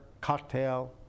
cocktail